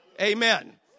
Amen